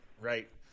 right